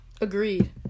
Agreed